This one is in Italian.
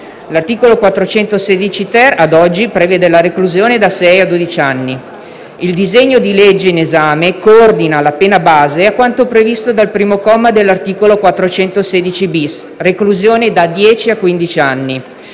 L'articolo 416-*ter*, ad oggi, prevede la reclusione da sei a dodici anni; il disegno di legge in esame coordina la pena base a quanto previsto dal primo comma dell'articolo 416-*bis* (reclusione da dieci a